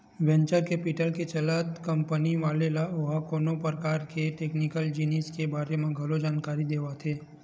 venture capital के चलत company वाले ल ओहा कोनो परकार के टेक्निकल जिनिस के बारे म घलो जानकारी देवाथे